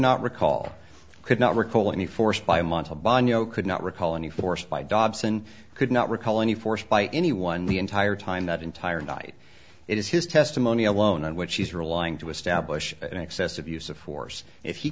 not recall could not recall any forced by model banja could not recall any forced by dobson could not recall any forced by anyone the entire time that entire night it is his testimony alone and what she's relying to establish an excessive use of force if he